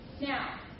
now